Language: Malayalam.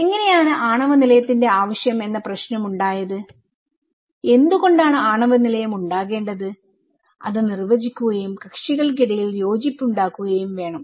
അങ്ങനെയാണ് ആണവ നിലയത്തിന്റെ ആവശ്യം എന്ന പ്രശ്നം ഉണ്ടായത് എന്തുകൊണ്ടാണ് ആണവ നിലയം ഉണ്ടാകേണ്ടത് അത് നിർവചിക്കുകയും കക്ഷികൾക്കിടയിൽ യോജിപ്പുണ്ടാക്കുകയും വേണം